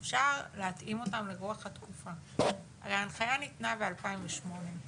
הפרשנות הזאת שנעשתה דאז היא באמת הייתה פרשנות שמנסה